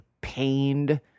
pained